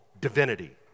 divinity